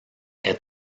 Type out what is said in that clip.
est